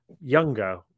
younger